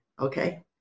Okay